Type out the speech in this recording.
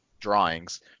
drawings